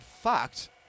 fact